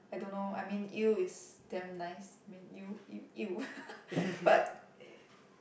I don't know I mean eel is damn nice I mean eel eel eel but